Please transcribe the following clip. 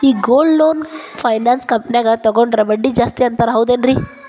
ಈ gold loan finance ಕಂಪನ್ಯಾಗ ತಗೊಂಡ್ರೆ ಬಡ್ಡಿ ಜಾಸ್ತಿ ಅಂತಾರ ಹೌದೇನ್ರಿ?